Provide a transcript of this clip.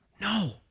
No